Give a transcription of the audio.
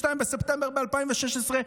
ב-22 בספטמבר 2016,